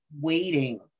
waiting